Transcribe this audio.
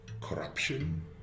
corruption